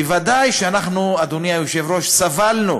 ודאי שאנחנו, אדוני היושב-ראש, סבלנו